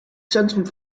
centrum